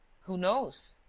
who knows?